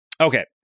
Okay